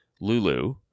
Lulu